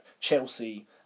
Chelsea